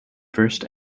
first